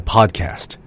Podcast